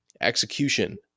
Execution